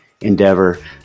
endeavor